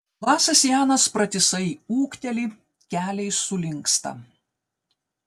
lasas janas pratisai ūkteli keliai sulinksta